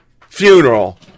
funeral